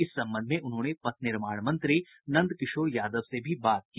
इस संबंध में उन्होंने पथ निर्माण मंत्री नंद किशोर यादव से भी बात की